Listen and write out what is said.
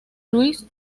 luis